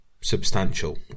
substantial